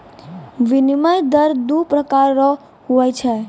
विनिमय दर दू प्रकार रो हुवै छै